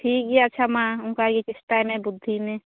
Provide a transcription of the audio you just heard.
ᱴᱷᱤᱠ ᱜᱮᱭᱟ ᱟᱪᱪᱷᱟ ᱢᱟ ᱚᱱᱠᱟ ᱜᱮ ᱪᱮᱥᱴᱟᱭ ᱢᱮ ᱵᱩᱫᱽᱫᱷᱤ ᱢᱮ